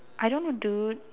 I don't know dude